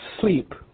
sleep